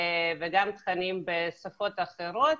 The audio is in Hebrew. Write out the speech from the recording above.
וגם תכנים בשפות אחרות.